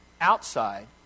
outside